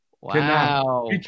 Wow